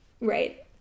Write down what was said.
Right